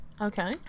Okay